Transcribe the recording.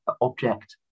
object